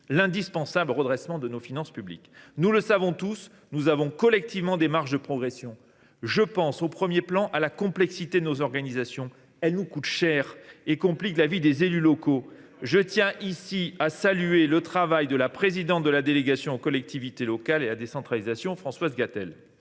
l’indispensable redressement de nos finances publiques ? Nous le savons tous, nous avons collectivement des marges de progression. Je pense au premier plan à la complexité de nos organisations, qui nous coûte cher et complique la vie des élus locaux. Je tiens ici à saluer le travail de la présidente de la délégation aux collectivités locales et à la décentralisation, Françoise Gatel.